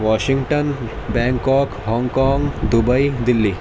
Washington Bangkok Hong Kong Dubai Delhi